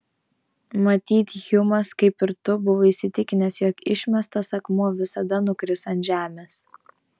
matyt hjumas kaip ir tu buvo įsitikinęs jog išmestas akmuo visada nukris ant žemės